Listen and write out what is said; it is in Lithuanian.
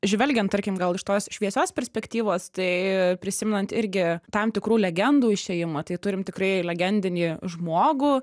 žvelgiant tarkim gal iš tos šviesios perspektyvos tai prisimenant irgi tam tikrų legendų išėjimo tai turim tikrai legendinį žmogų